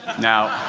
now,